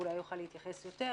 ואולי הוא יוכל להתייחס יותר.